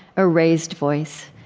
a raised voice.